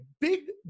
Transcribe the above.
big